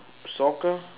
soccer